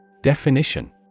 Definition